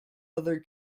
other